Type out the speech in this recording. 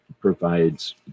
provides